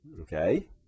Okay